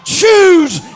choose